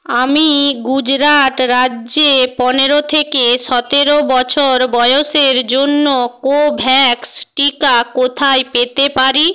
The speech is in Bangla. আমি গুজরাট রাজ্যে পনেরো থেকে সতেরো বছর বয়সের জন্য কোভ্যাক্স টিকা কোথায় পেতে পারি